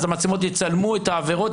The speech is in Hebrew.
המצלמות יצלמו את העבירות,